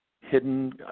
hidden